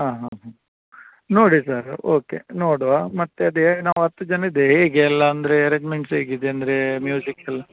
ಹಾಂ ಹಾಂ ಹಾಂ ನೋಡಿ ಸರ್ ಓಕೆ ನೋಡುವ ಮತ್ತು ಅದೇ ನಾವು ಹತ್ತು ಜನ ಇದ್ದೇವೆ ಹೇಗೆ ಎಲ್ಲ ಅಂದ್ರೆ ಅರೆಂಜ್ಮೆಂಟ್ಸ್ ಹೇಗಿದೆ ಅಂದ್ರೆ ಮ್ಯೂಸಿಕ್ಕೆಲ್ಲ